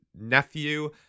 nephew